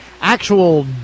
actual